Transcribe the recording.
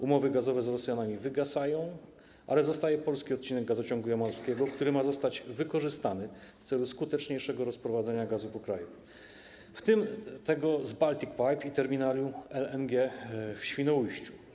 Umowy gazowe z Rosjanami wygasają, ale zostaje polski odcinek gazociągu jamalskiego, który ma zostać wykorzystany w celu skuteczniejszego rozprowadzenia gazu po kraju, w tym tego z Baltic Pipe i terminalu LNG w Świnoujściu.